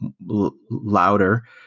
louder